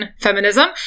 Feminism